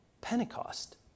Pentecost